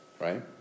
right